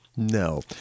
No